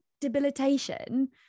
debilitation